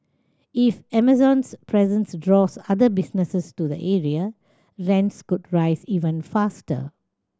if Amazon's presence draws other businesses to the area rents could rise even faster